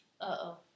Uh-oh